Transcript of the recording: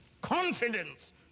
confidence